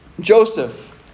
Joseph